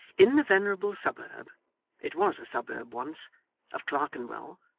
in the venerable suburb it was a suburb once of clerkenwell,